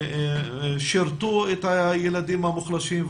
ששירתו את הילדים המוחלשים,